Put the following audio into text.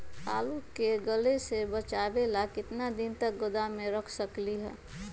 आलू के गले से बचाबे ला कितना दिन तक गोदाम में रख सकली ह?